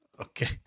okay